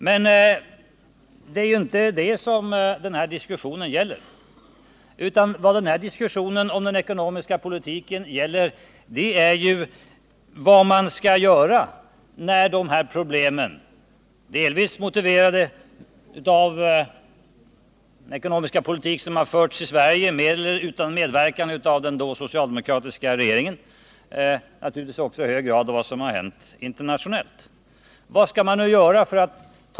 Men det är inte det som den här diskussionen gäller, utan vad den här diskussionen om den ekonomiska politiken gäller är ju vad man skall göra för att ta itu med dagens problem som delvis är orsakade av den ekonomiska politik som har förts i Sverige men också naturligtvis i hög grad av vad som har hänt internationellt.